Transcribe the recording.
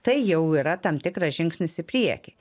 tai jau yra tam tikras žingsnis į priekį